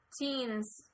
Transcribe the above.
teens